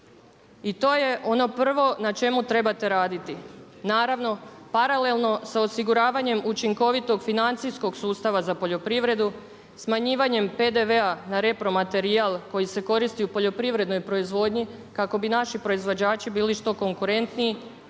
I to je ono prvo na čemu trebate raditi. Naravno, paralelno s osiguravanjem učinkovitog financijskog sustava za poljoprivredu, smanjivanjem PDV-a na repro-materijal koji se koristi u poljoprivrednoj proizvodnji kako bi naši proizvođači bili što konkurentniji